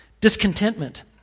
Discontentment